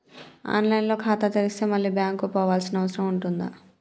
On line లో ఖాతా తెరిస్తే మళ్ళీ బ్యాంకుకు పోవాల్సిన అవసరం ఉంటుందా?